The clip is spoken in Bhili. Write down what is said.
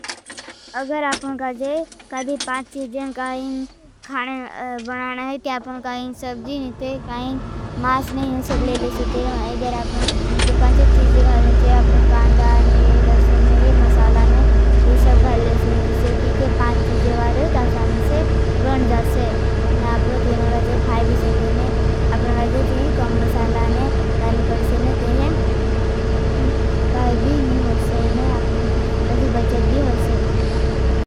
अगर आपनों काजे काईबी पांच चीज़ें काईं खाने बनाना है। ते आपनों काईं सबजी नहीं थे। काईं मास नहीं सब लेले सो। तेरें अगर आपनों काईबी पांच चीज़ें खालने थे। आपनों कांदा नहीं ये रसुन नहीं। ये मसाला नहीं ये सब तेडी सुन जवर। ते पनट चीज़े वारे ज़फ़ेशनै बनते हैं उपनों काई देखते हैं। और ऐपनों काईबी चीज़े वारे खैना लाते हैं। अब तीन कई कम मसाला तीनारें उपने मिलम क्या होता हैं।